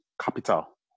capital